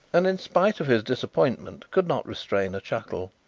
and in spite of his disappointment could not restrain a chuckle.